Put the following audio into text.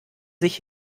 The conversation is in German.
sich